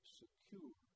secure